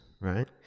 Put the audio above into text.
right